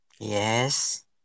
yes